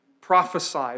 prophesy